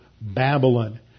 Babylon